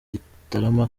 gitarama